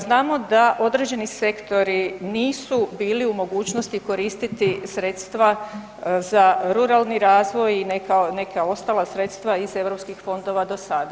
Znamo da određeni sektori nisu bili u mogućnosti koristiti sredstva za ruralni razvoj i neka ostala sredstva iz EU fondova do sada.